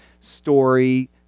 story